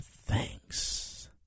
thanks